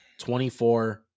24